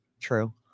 True